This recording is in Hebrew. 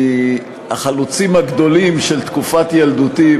מהחלוצים הגדולים של תקופת ילדותי,